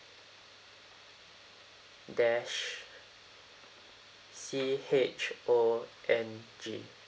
dash C H O N G